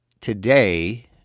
today